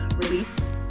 Release